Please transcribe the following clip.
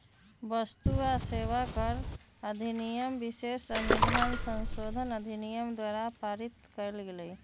वस्तु आ सेवा कर अधिनियम विशेष संविधान संशोधन अधिनियम द्वारा पारित कएल गेल